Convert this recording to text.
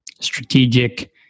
strategic